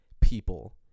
people